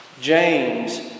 James